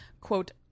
quote